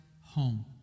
home